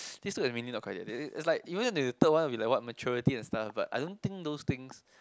these two is really not criteria it's like even if the third one will be what maturity and stuff but I don't think those things